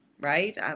right